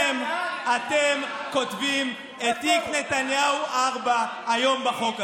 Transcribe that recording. אתם כותבים את תיק נתניהו 4 היום, בחוק הזה.